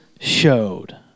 showed